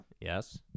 Yes